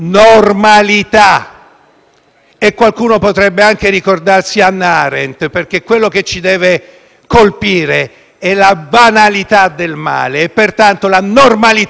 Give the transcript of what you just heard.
Qualcuno potrebbe anche ricordarsi Hannah Arendt, perché quello che ci deve colpire è «la banalità del male» e, pertanto, la normalità della corruzione.